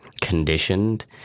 conditioned